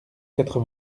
quatre